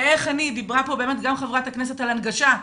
דיברה פה חברת הכנסת על הנגשה,